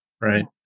right